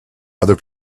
other